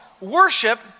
worship